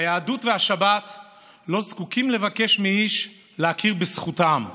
היהדות והשבת לא זקוקים לבקש מאיש להכיר בזכותם להתקיים.